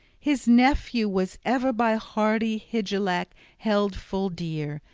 his nephew was ever by hardy hygelac held full dear,